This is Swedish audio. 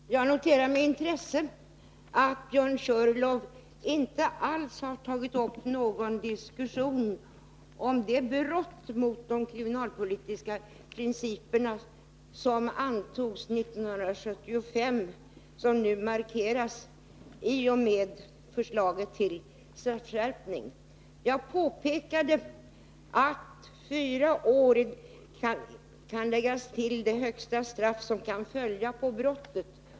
Herr talman! Jag noterar med intresse att Björn Körlof inte alls tagit upp någon diskussion om det brott mot 1975 års kriminalpolitiska principer som förslaget om straffskärpning innebär. Jag påpekade i mitt anförande att fyra år kan läggas till det högsta straff som kan följa på brottet.